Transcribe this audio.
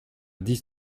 dix